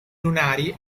lunari